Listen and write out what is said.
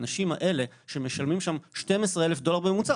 על האנשים האלה שמשלמים שם 12,000 דולר בממוצע,